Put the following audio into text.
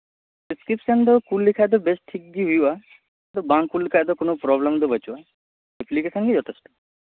ᱯᱮᱠᱥᱤᱯᱥᱮᱱ ᱫᱚ ᱠᱩᱞ ᱞᱮᱠᱷᱟᱡ ᱫᱚ ᱵᱮᱥᱴᱷᱤᱠ ᱜᱮ ᱦᱩᱭᱩᱜᱼᱟ ᱵᱟᱝ ᱠᱩᱞ ᱞᱮᱠᱷᱟᱡ ᱫᱚ ᱠᱚᱱᱚ ᱯᱨᱚᱵᱞᱮᱢ ᱫᱚ ᱵᱟᱹᱪᱩᱜᱼᱟ ᱮᱞᱯᱤᱠᱮᱥᱚᱱ ᱜᱮ ᱡᱚᱛᱮᱥᱴᱚ